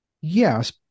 yes